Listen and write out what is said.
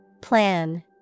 Plan